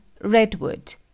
redwood